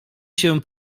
się